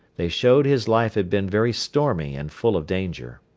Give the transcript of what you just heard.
they showed his life had been very stormy and full of danger.